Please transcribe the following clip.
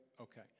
Okay